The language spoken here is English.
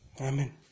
Amen